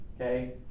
Okay